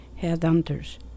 Headhunters